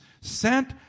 sent